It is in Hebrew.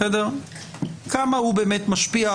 כמה הוא באמת משפיע?